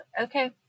Okay